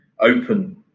open